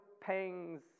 pangs